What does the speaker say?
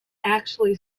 actually